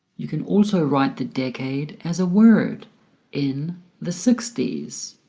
you can also write the decade as a word in the sixties